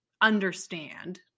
understand